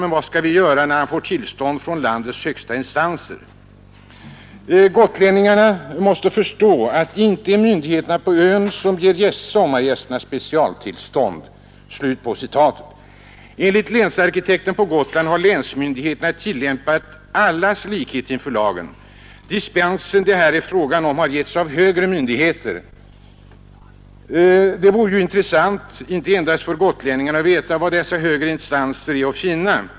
Men vad ska vi göra när han får tillstånd från landets högsta instanser? ——— Men han och andra gotlänningar måste förstå att det inte är myndigheterna på ön som ger sommargästerna specialtillstånd.” Enligt länsarkitekten på Gotland har länsmyndigheterna tillämpat allas likhet inför lagen. De dispenser som det här är fråga om har givits av högre myndigheter. Det vore intressant — inte endast för gotlänningarna — att veta, var dessa högre instanser är att finna.